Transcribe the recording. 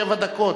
שבע דקות,